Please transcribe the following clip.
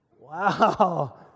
Wow